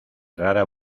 rara